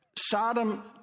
Sodom